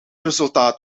resultaat